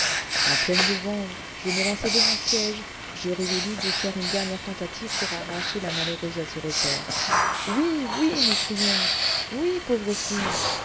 la plaine de vanves je m'élançai de mon siége je résolus de faire une dernière tentative pour arracher la malheureuse à ce repaire oui oui m'écriai-je oui pauvre fille